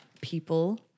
people